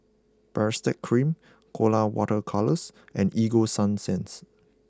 Baritex Cream Colora Water Colours and Ego Sunsense